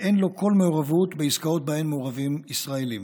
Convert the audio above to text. ואין לו כל מעורבות בעסקאות שבהן מעורבים ישראלים.